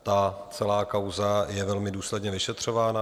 Ta celá kauza je velmi důsledně vyšetřována.